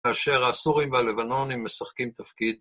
כאשר הסורים והלבנונים משחקים תפקיד